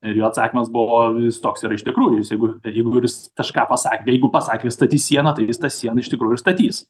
ir jo atsakymas buvo jis toks yra iš tikrųjų jis jeigu ir jeigu ir jis kažką pasakė jeigu pasakė jis statys sieną tai jis tą sieną iš tikrųjų ir statys